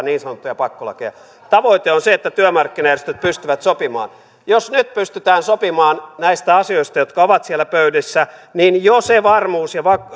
niin sanottuja pakkolakeja eduskuntaan tavoite on se että työmarkkinajärjestöt pystyvät sopimaan jos nyt pystytään sopimaan näistä asioista jotka ovat siellä pöydissä niin jo se